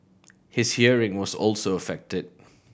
his hearing was also affected